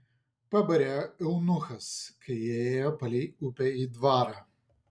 pabarė eunuchas kai jie ėjo palei upę į dvarą